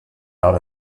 out